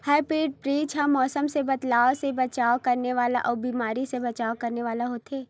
hybrid बीज हा मौसम मे बदलाव से बचाव करने वाला अउ बीमारी से बचाव करने वाला होथे